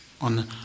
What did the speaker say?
on